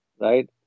Right